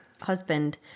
husband